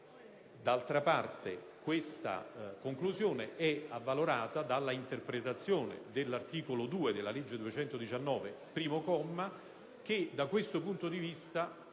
D'altra parte, questa conclusione è avvalorata dalla interpretazione dell'articolo 2, comma 1, della legge n. 219 del 1989, che da questo punto di vista,